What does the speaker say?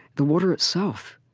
the water itself,